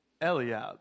Eliab